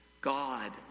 God